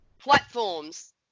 platforms